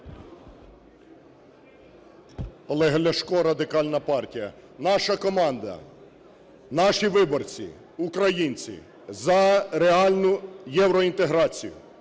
Олег Ляшко, Радикальна партія. Наша команда, наші виборці українці, за реальну євроінтеграцію,